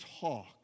talk